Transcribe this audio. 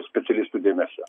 specialistų dėmesio